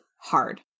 hard